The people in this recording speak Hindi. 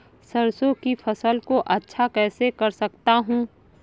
सरसो की फसल को अच्छा कैसे कर सकता हूँ?